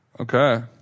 Okay